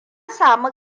samu